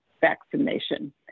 vaccination